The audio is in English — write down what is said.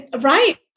Right